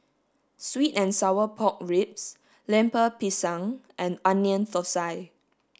sweet and sour pork ribs Lemper Pisang and onion thosai